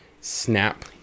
snap